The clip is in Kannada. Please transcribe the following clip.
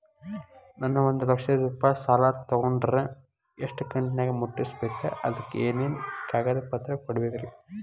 ನಾನು ಒಂದು ಲಕ್ಷ ರೂಪಾಯಿ ಸಾಲಾ ತೊಗಂಡರ ಎಷ್ಟ ಕಂತಿನ್ಯಾಗ ಮುಟ್ಟಸ್ಬೇಕ್, ಅದಕ್ ಏನೇನ್ ಕಾಗದ ಪತ್ರ ಕೊಡಬೇಕ್ರಿ?